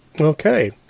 Okay